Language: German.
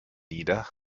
nieder